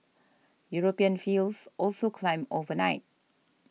European fields also climbed overnight